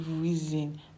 reason